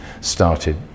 started